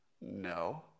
No